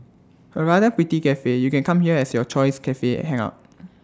A rather pretty Cafe you can come here as your choice Cafe hangout